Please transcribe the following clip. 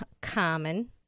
common